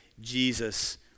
Jesus